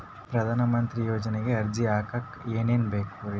ಪ್ರಧಾನಮಂತ್ರಿ ಯೋಜನೆಗೆ ಅರ್ಜಿ ಹಾಕಕ್ ಏನೇನ್ ಬೇಕ್ರಿ?